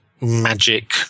magic